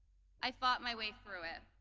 i fought my way through it.